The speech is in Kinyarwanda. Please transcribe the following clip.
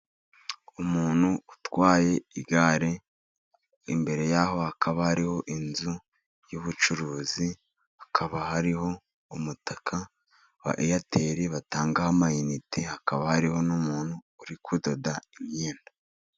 Umuntu utwaye igare, imbere ya ho hakaba hari inzu y'ubucuruzi, hakaba hariho umutaka wa Eyateri batangaho amayinite, hakaba hariho n'umuntu uri kudoda imyenda.